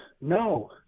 No